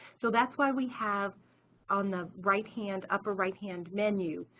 so that's why we have on the right-hand upper right-hand menu,